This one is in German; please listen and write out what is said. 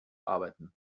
arbeiten